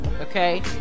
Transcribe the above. Okay